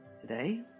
today